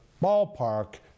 ballpark